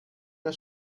der